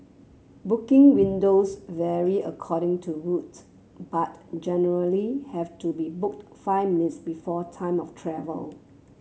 booking windows vary according to route but generally have to be booked five minutes before time of travel